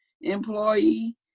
employee